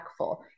impactful